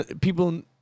people